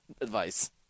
advice